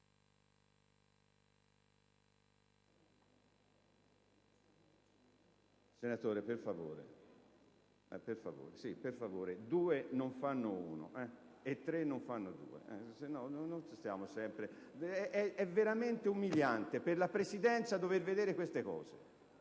Colleghi, per favore, due non fanno uno e tre non fanno due. è veramente umiliante per la Presidenza assistere a queste scene.